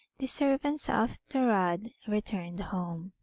the servants of thorodd returned home.